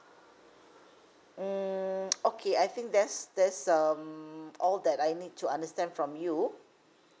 mm okay I think that's that's um all that I need to understand from you